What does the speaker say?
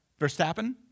Verstappen